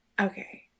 okay